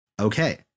Okay